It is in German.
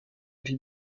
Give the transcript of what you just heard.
die